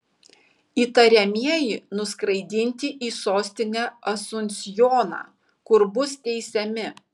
įtariamieji nuskraidinti į sostinę asunsjoną kur bus teisiami